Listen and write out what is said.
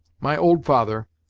my old father,